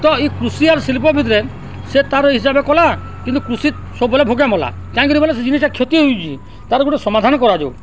ତ ଏଇ କୃଷିଆର୍ ଶିଳ୍ପ ଭିତରେ ସେ ତା'ର ହିସାବେ କଲା କିନ୍ତୁ କୃଷି ସବୁବେଳେ ଭୋଗେ ମଲା କାଇଁକିରି ବୋଇଲେ ସେ ଜିନିଷଟ କ୍ଷତି ହେଉଛି ତା'ର ଗୋଟେ ସମାଧାନ କରାଯାଉ